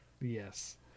Yes